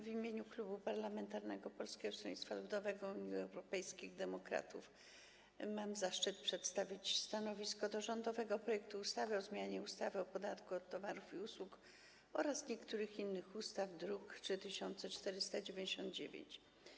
W imieniu Klubu Poselskiego Polskiego Stronnictwa Ludowego - Unii Europejskich Demokratów mam zaszczyt przedstawić stanowisko wobec rządowego projektu ustawy o zmianie ustawy o podatku od towarów i usług oraz niektórych innych ustaw, druk nr 3499.